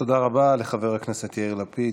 תודה רבה לחבר הכנסת יאיר לפיד,